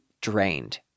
drained